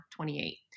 28